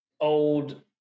old